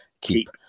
keep